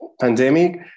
pandemic